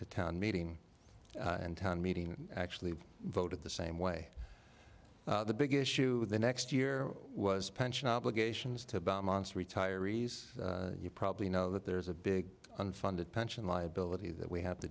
to town meeting and town meeting actually voted the same way the big issue of the next year was pension obligations to about months retirees you probably know that there's a big unfunded pension liability that we have to